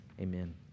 Amen